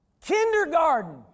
Kindergarten